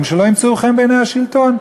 אזרחים שלא ימצאו חן בעיני השלטון?